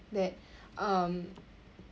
that um